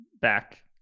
back